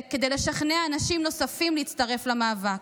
כדי לשכנע אנשים נוספים להצטרף למאבק.